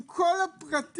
אין בעיה.